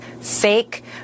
fake